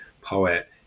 poet